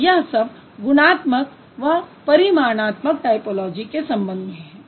तो यह सब गुणात्मक व परिमाणात्मक टायपोलॉजी के संबंध में है